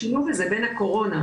השילוב הזה בין הקורונה,